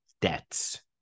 debts